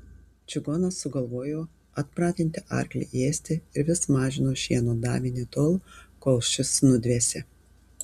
čigonas sugalvojo atpratinti arklį ėsti ir vis mažino šieno davinį tol kol šis nudvėsė